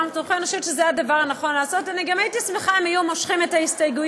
אני גם הייתי שמחה אם היו מושכים את ההסתייגויות,